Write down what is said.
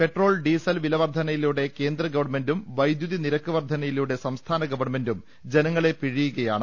petrol diesel വിലവർധനയിലൂടെ കേന്ദ്ര ഗവൺമെന്റും വൈദ്യുതി നിരക്ക് വർധനയിലൂടെ സംസ്ഥാ ന ഗവൺമെന്റും ജനങ്ങളെ പിഴിയുകയാണ്